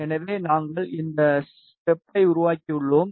எனவே நாங்கள் இந்த ஸ்டேப்பை உருவாக்கியுள்ளோம்